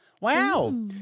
Wow